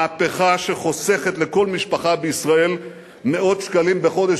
מהפכה שחוסכת לכל משפחה בישראל מאות שקלים בחודש.